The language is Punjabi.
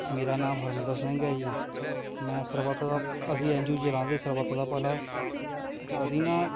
ਮੇਰਾ ਨਾਮ ਹਰਮਿੰਦਰ ਸਿੰਘ ਹੈ ਜੀ ਮੈਂ ਸਰਬੱਤ ਦਾ ਅਸੀਂ ਐਨ ਜੀ ਓ ਚਲਾਉਂਦੇ ਸਰਬੱਤ ਦਾ ਭਲਾ ਅਸੀਂ ਨਾ